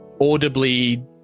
audibly